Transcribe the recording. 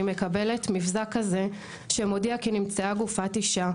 מקבלת מבזק כזה שמודיע כי נמצאה גופת אישה,